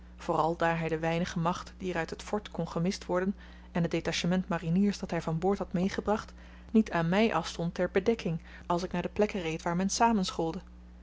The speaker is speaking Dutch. vooral daar hy de weinige macht die er uit het fort kon gemist worden en het detachement mariniers dat hy van boord had meegebracht niet aan my afstond ter bedekking als ik naar de plekken reed waar